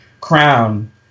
crown